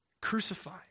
Crucified